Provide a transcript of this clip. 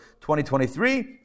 2023